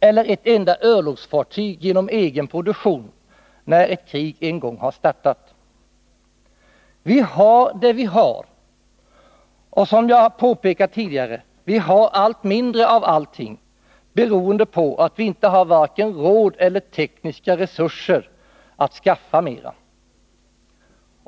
eller ett enda örlogsfartyg genom egen produktion när ett krig en gång har startat. Vi har det vi har, och — som jag påpekade tidigare — vi har allt mindre av allting, beroende på att vi inte har vare sig råd eller tekniska resurser att skaffa mera.